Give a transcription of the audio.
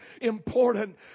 important